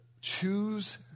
choose